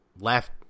left